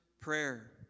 prayer